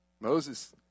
Moses